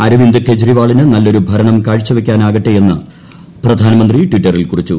അരവിന്ദ് കേജ്രിവാളിന് നല്ലൊരു ഭരണം കാഴ്ചവയ്ക്ക്ട്നാകട്ടെയെന്ന് പ്രധാനമന്ത്രി ട്വിറ്ററിൽ കുറിച്ചു